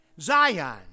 Zion